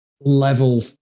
level